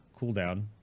cooldown